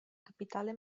capitale